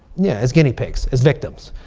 yeah, as guinea pigs, as victims.